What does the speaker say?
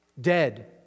Dead